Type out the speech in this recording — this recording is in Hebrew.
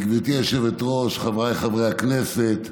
גברתי היושבת-ראש, חבריי חברי הכנסת,